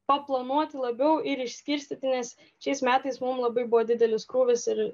paplanuoti labiau ir išskirstyti nes šiais metais mum labai buvo didelis krūvis ir